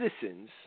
citizens